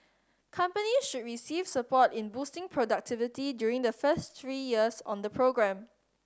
companies should receive support in boosting productivity during the first three years on the programme